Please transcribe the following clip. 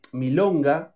milonga